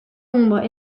nombres